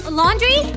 laundry